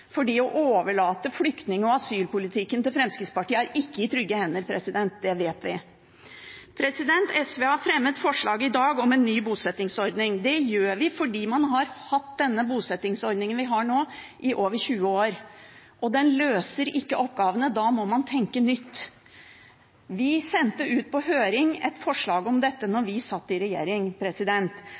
fordi man har hatt denne bosettingsordningen vi har nå, i over 20 år. Den løser ikke oppgavene, og da må man tenke nytt. Vi sendte ut på høring et forslag om dette da vi satt i regjering.